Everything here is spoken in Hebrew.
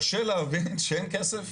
קשה להבין שאין כסף,